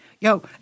Yo